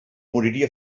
moriria